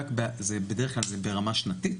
בדרך כלל זה ברמה שנתית,